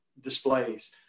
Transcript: displays